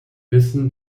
wissen